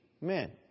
men